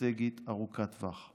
אסטרטגית ארוכת טווח.